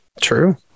true